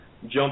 jump